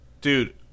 Dude